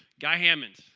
guy hammond!